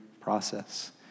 process